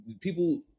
people